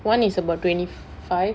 one is about twenty five